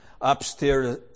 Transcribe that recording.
upstairs